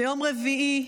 ביום רביעי,